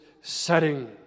setting